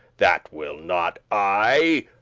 that will not i,